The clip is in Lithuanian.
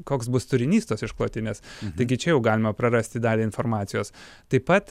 koks bus turinys tos išklotinės taigi čia jau galima prarasti dalį informacijos taip pat